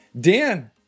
Dan